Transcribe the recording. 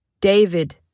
David